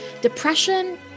depression